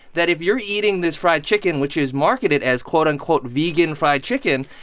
that if you're eating this fried chicken, which is marketed as, quote-unquote, vegan fried chicken,